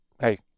hey